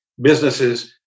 businesses